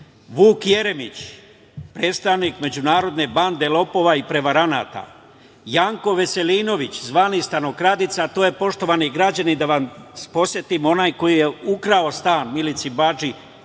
Vuk Jeremić, predstavnik međunarodne bande lopova i prevaranata, Janko Veselinović, zvani stanokradica. To je, poštovani građani, da vas podsetim, onaj koji je ukrao stan Milici Badži,